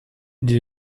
die